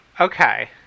Okay